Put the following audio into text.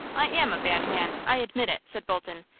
i am a bad man, i admit it, said bolton,